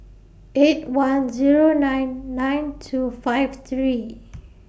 eight one Zero nine nine two five three